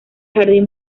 jardín